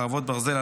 חרבות ברזל),